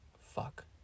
Fuck